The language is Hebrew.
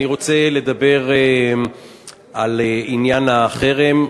אני רוצה לדבר על עניין החרם.